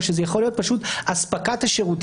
או שזה יכול להיות פשוט אספקת השירותים